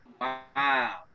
Wow